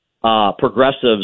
progressives